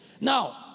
Now